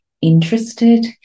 interested